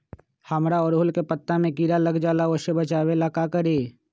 हमरा ओरहुल के पत्ता में किरा लग जाला वो से बचाबे ला का करी?